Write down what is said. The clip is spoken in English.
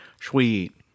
Sweet